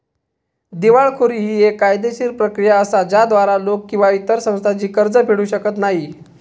दिवाळखोरी ही येक कायदेशीर प्रक्रिया असा ज्याद्वारा लोक किंवा इतर संस्था जी कर्ज फेडू शकत नाही